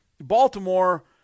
Baltimore